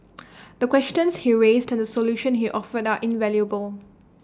the questions he raised to the solutions he offered are invaluable